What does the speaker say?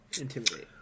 intimidate